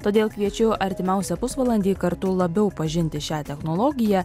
todėl kviečiu artimiausią pusvalandį kartu labiau pažinti šią technologiją